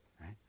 right